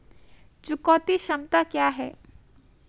चुकौती क्षमता क्या है?